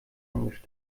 angestellt